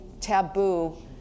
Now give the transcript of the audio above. taboo